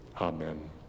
Amen